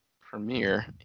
Premiere